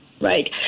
Right